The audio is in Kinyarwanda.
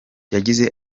yagize